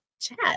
chat